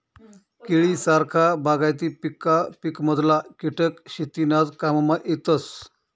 केळी सारखा बागायती पिकमधला किटक शेतीनाज काममा येतस